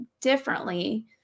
differently